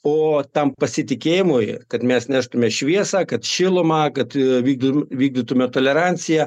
o tam pasitikėjimui kad mes neštume šviesą kad šilumą kad vidur vykdytume toleranciją